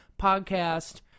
podcast